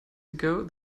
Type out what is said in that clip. ago